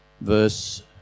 verse